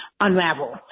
unravel